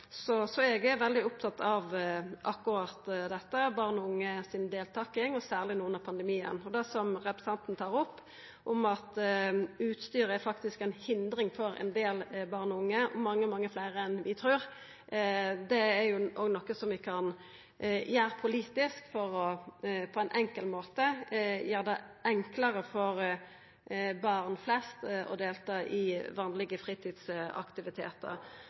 som representanten tar opp om at utstyr faktisk er ei hindring for ein del barn og unge – mange, mange fleire enn vi trur – er noko som vi kan gjera noko med politisk, for på ein enkel måte gjera det enklare for barn flest å delta i vanlege fritidsaktivitetar.